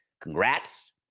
congrats